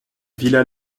villa